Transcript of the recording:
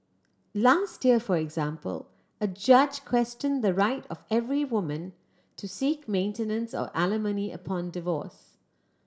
last year for example a judge question the right of every woman to seek maintenance or alimony upon divorce